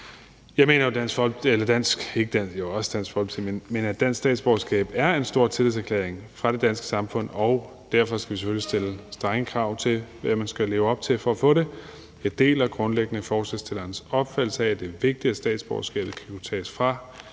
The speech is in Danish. Jeg mener jo, at et dansk statsborgerskab er en stor tillidserklæring fra det danske samfunds side, og at vi selvfølgelig derfor skal stille strenge krav til, hvad man skal leve op til for at få det, og jeg deler grundlæggende forslagsstillernes opfattelse af, at det er vigtigt, at statsborgerskabet skal kunne tages fra